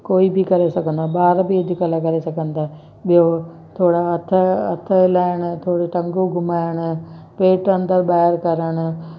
कोई बि करे सघंदो आहे ॿार बि अॼु कल्ह करे सघनि था ॿियो थोरा हथ हथ हलाइणु थोरी टंगू घुमाइणु पेट अंदरि ॿाहिरि करणु